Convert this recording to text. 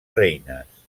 reines